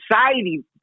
Society